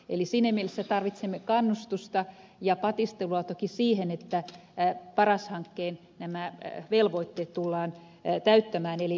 eli siinä mielessä tarvitsemme kannustusta ja patistelua toki siihen että paras hankkeen velvoitteet tullaan täyttämään